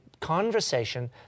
conversation